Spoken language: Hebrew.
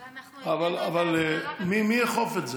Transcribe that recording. אבל אנחנו יודעים, אבל מי יאכוף את זה?